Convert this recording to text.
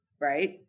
right